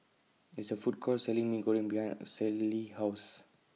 There IS A Food Court Selling Mee Goreng behind Caylee's House